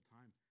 time